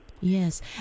Yes